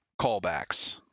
callbacks